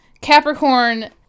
Capricorn